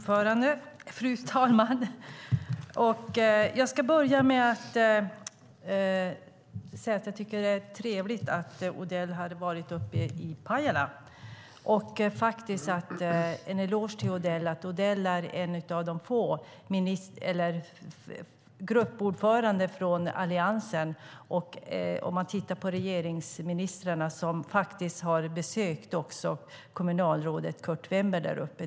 Fru talman! Jag tycker att det är trevligt att Odell har varit uppe i Pajala. Jag vill ge Odell en eloge; han är en av de få gruppordförande och ministrar från Alliansen som har besökt kommunalrådet Kurt Wennberg där uppe.